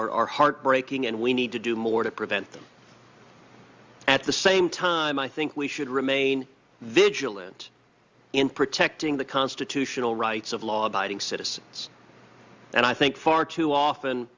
criminals are heartbreaking and we need to do more to prevent them at the same time i think we should remain vigilant in protecting the constitutional rights of law abiding citizens and i think far too often